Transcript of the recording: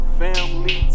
family